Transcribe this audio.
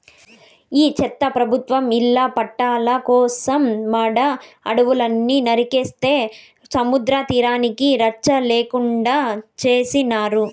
ఈ చెత్త ప్రభుత్వం ఇళ్ల పట్టాల కోసం మడ అడవులు నరికించే సముద్రతీరానికి రచ్చన లేకుండా చేసినారు